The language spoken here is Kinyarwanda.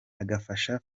agafasha